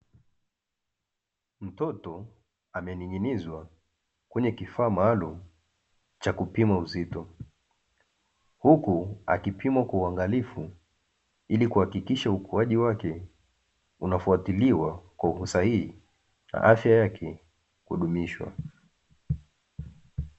Mtoto amenin'inizwa kwenye kifaa maalumu cha kupima uzito, huku akipimwa kwa uangalifu, ili kuhakikisha ukuaji wake unafuatiliwa kwa usahihi, na afya yake kudumishwa.